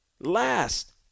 Last